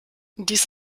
dies